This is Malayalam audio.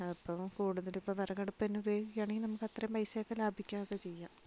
അപ്പോൾ കൂടുതല് ഇപ്പോൾ വിറകടുപ്പ് തന്നെ ഉപയോഗിക്കുകയാണെങ്കിൽ അത്രേം പൈസ ഒക്കെ ലാഭിക്കുക ഒക്കെ ചെയ്യാം